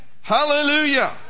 hallelujah